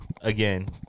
again